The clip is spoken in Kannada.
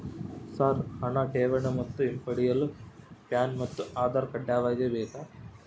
ಸರ್ ಹಣ ಠೇವಣಿ ಮತ್ತು ಹಿಂಪಡೆಯಲು ಪ್ಯಾನ್ ಮತ್ತು ಆಧಾರ್ ಕಡ್ಡಾಯವಾಗಿ ಬೇಕೆ?